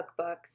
cookbooks